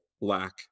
Black